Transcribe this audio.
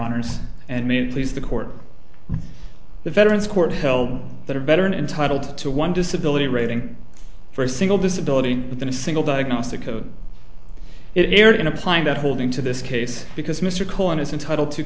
honors and may please the court the veterans court held that a veteran entitled to one disability rating for a single disability within a single diagnostic code it aired in applying that holding to this case because mr cohen is entitle to